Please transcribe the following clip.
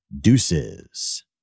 deuces